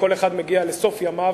כל אחד מגיע לסוף ימיו,